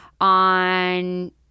on